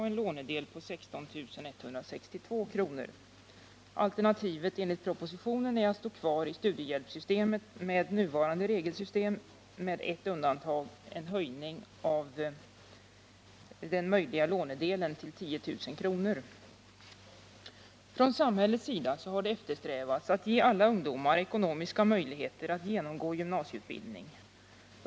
och en lånedel på 16 162 kr. Alternativet enligt propositionen är att stå kvar i studiehjälpssystemet med nuvarande regelsystem med ett undantag: en höjning av den möjliga lånedelen till 10 000 kr. Från samhällets sida har det eftersträvats att ge alla ungdomar ekonomiska möjligheter att genomgå gymnasieutbildning.